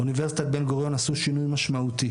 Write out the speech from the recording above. באוניברסיטת בן גוריון עשו שינו משמעותי,